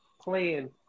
playing